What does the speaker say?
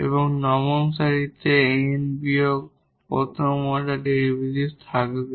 এবং এই নবম সারিতে এন বিয়োগ 1st অর্ডার ডেরিভেটিভ থাকবে